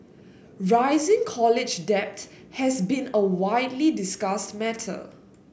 rising college debt has been a widely discussed matter